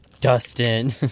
Dustin